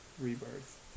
Rebirth